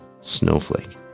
snowflake